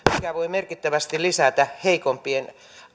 mikä voi merkittävästi lisätä heikompien